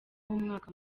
w’umwaka